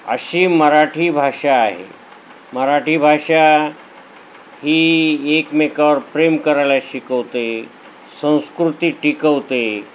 अशी ही मराठी भाषा आहे मराठी भाषा ही एकमेकावर प्रेम करायला शिकवते संस्कृती टिकवते